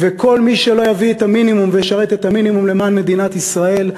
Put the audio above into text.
וכל מי שלא יביא את המינימום וישרת את המינימום למען מדינת ישראל,